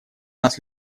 нас